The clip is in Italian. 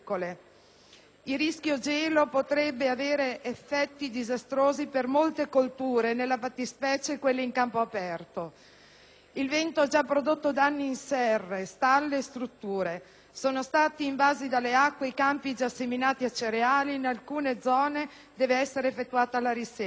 Il rischio gelo potrebbe avere effetti disastrosi per molte colture, nella fattispecie quelle in campo aperto. Il vento ha già prodotto danni in serre, stalle e strutture varie; sono stati invasi dalle acque i campi già seminati a cereali e in alcune zone dovrà essere effettuata la risemina.